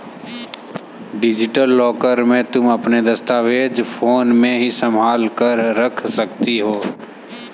digital locker में तुम अपने दस्तावेज फोन में ही संभाल कर रख सकती हो